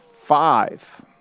five